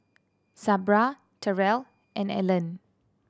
Sabra Terrell and Ellen